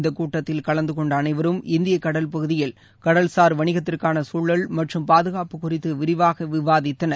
இந்த கூட்டத்தில் கலந்து கொண்ட அனைவரும் இந்திய கடல்பகுதியில் கடல்சார் வணிகத்திற்கான சூழல் மற்றும் பாதுகாப்பு குறித்து விரிவாக விவாதித்தனர்